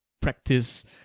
practice